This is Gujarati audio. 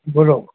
બોલો